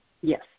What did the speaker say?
Yes